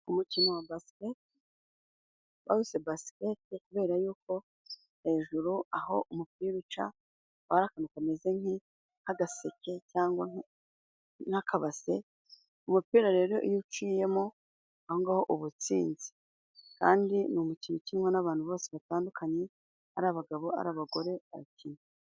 Umukino wa baskete, bawise baskete kubera y'uko hejuru aho umupira uca haba hari akantu kameze nk'agaseke, cyangwa n'akabase, umupira rero iyo uciyemo uba ubatsinze. Kandi ni umukino ukinwa n'abantu bose batandukanye, ari abagabo, ari abagore barakina.